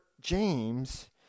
James